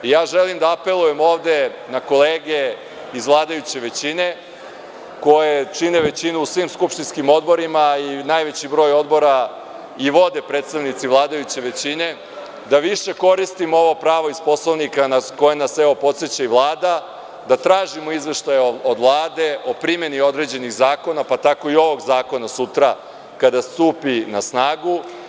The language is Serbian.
Ja želim da apelujem ovde na kolege iz vladajuće većine, koji čine većinu u svim skupštinskim odborima i najveći broj odbora i vode predstavnici vladajuće većine, da više koristimo ovo pravo iz Poslovnika, na koje nas, evo, podseća i Vlada, da tražimo izveštaje od Vlade o primeni određenih zakona, pa tako i ovog zakona sutra kada stupi na snagu.